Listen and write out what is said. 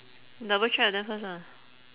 double check with them first ah